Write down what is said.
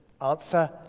Answer